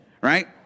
right